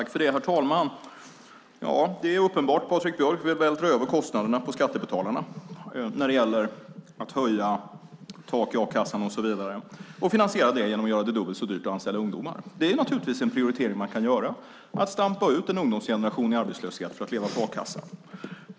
Herr talman! Det är uppenbart att Patrik Björck vill vältra över kostnaderna på skattebetalarna när det gäller att höja tak i a-kassan och så vidare och finansiera det genom att göra det dubbelt så dyrt att anställa ungdomar. Det är naturligtvis en prioritering man kan göra, att stampa ut en ungdomsgeneration i arbetslöshet för att leva på a-kassa.